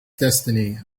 destiny